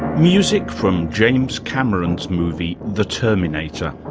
music from james cameron's movie the terminator,